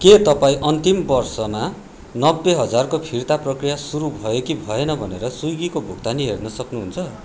के तपाईँ अन्तिम वर्षमा नब्बे हजारको फिर्ता प्रक्रिया सुरु भयो कि भएन भनेर स्विगीको भुकतानी हेर्न सक्नुहुन्छ